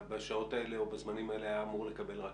שבשעות האלה או בזמנים האלה היה אמור לקבל רכבת?